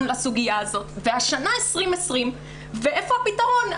לסוגיה הזאת והשנה 2020 ואיפה הפתרון?